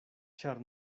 ĉar